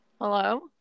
Hello